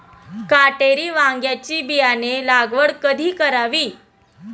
काटेरी वांग्याची बियाणे लागवड कधी करावी?